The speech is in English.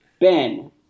Ben